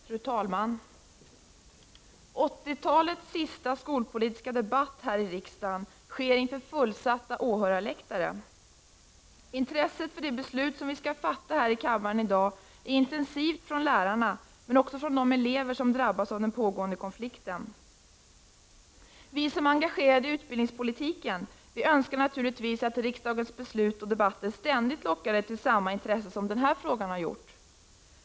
Fru talman! 1980-talets sista skolpolitiska debatt här i riksdagen sker inför fullsatta åhörarläktare. Intresset för det beslut vi skall fatta här i kammaren i dag är intensivt från lärarna, men också från de elever som drabbas av den pågående konflikten. Vi som är engagerade i utbildningspolitiken önskar naturligtvis att riksdagens debatter och beslut ständigt skall locka till samma intresse som denna fråga har gjort.